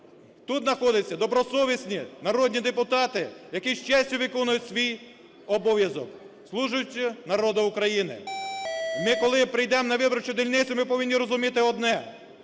Тут знаходяться добросовісні народні депутати, які з честю виконують свій обов'язок, служать народу України. Ми, коли прийдемо на виборчу дільницю, ми повинні розуміти одне,